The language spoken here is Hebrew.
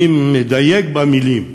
אני מדייק במילים.